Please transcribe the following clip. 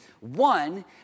One